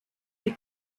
die